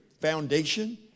foundation